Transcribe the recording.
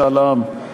משאל עם,